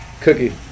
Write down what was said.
Cookie